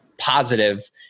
positive